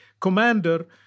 commander